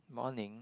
morning